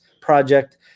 project